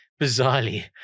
bizarrely